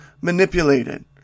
manipulated